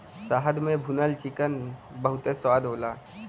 शहद में भुनल चिकन बहुते स्वाद होला